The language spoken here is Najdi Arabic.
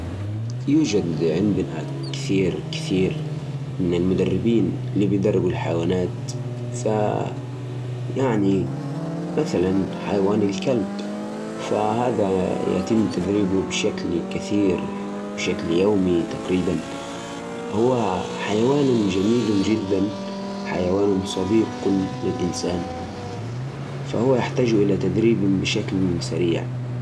الكلاب تحتاج تمارين يومياً عشان تفرغ طاقتها وتكون بصحه كويسة. على حسب نوع الكلب، التمارين تتراوح من نص ساعة لساعتين في اليوم. كلاب الصيد والكلاب الكبيرة تحتاج نشاط أكثر، زي الجري أو المشي الطويل. أما الكلاب الصغيرة ممكن يكفيها لعب بسيط وتمارين خفيفة داخل البيت.